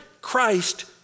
Christ